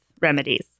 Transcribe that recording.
remedies